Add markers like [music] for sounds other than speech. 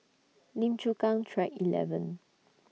[noise] Lim Chu Kang Track eleven